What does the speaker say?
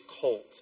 cult